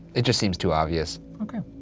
it just seems too obvious okay.